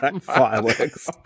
fireworks